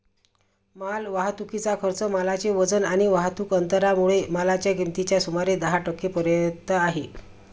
माल वाहतुकीचा खर्च मालाचे वजन आणि वाहतुक अंतरामुळे मालाच्या किमतीच्या सुमारे दहा टक्के पर्यंत आहे